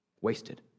wasted